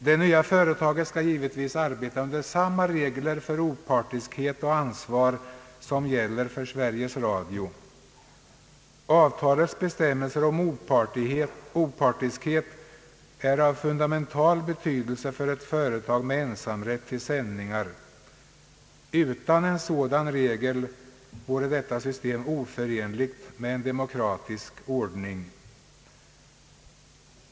Det nya företaget bör givetvis arbeta under samma regler för opartiskhet och ansvar som gäller för Sveriges Radio. Avtalets bestämmelser om opartiskhet är av fundamental betydelse för ett företag med ensamrätt till sändningar. Utan en sådan regel vore detta system oförenligt med en demokratisk ordning.